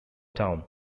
town